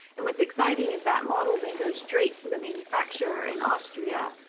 and what's exciting is that model then goes straight to the manufacturer in austria,